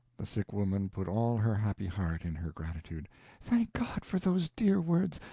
the sick woman put all her happy heart in her gratitude thank god for those dear words!